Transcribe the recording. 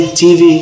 tv